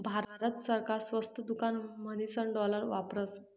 भारत सरकार स्वस्त दुकान म्हणीसन डालर वापरस